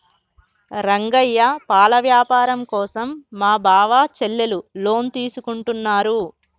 రంగయ్య పాల వ్యాపారం కోసం మా బావ చెల్లెలు లోన్ తీసుకుంటున్నారు